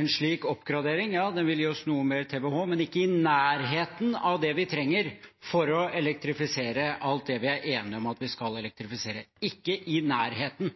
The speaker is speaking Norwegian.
en slik oppgradering vil gi oss noe mer TWh, men ikke i nærheten av det vi trenger for å elektrifisere alt det vi er enige om at vi skal elektrifisere – ikke i nærheten.